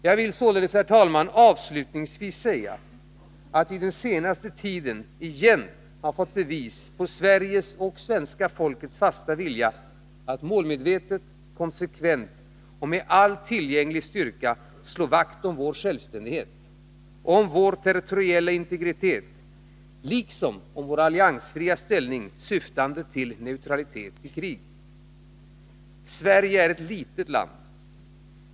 Jag vill således, herr talman, avslutningsvis understryka att vi den senaste tiden återigen har fått bevis på Sveriges och svenska folkets fasta vilja att målmedvetet, konsekvent och med all tillgänglig styrka slå vakt om vår självständighet, om vår territoriella integritet liksom om vår alliansfria ställning syftande till neutralitet i krig. Sverige är ett litet land.